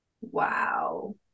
Wow